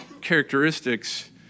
characteristics